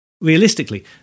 Realistically